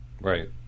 Right